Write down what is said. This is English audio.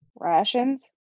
Rations